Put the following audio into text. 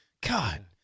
God